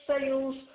sales